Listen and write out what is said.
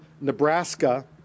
Nebraska